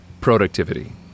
productivity